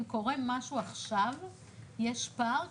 אם קורה משהו עכשיו יש פער,